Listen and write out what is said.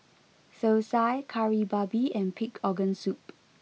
Thosai Kari Babi and Pig Organ Soup